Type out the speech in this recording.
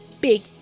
big